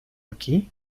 aquí